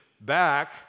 back